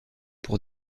pour